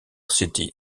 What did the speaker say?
city